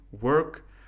work